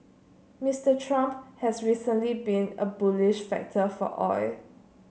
Mister Trump has recently been a bullish factor for oil